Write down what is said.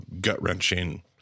gut-wrenching